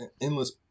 endless